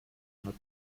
not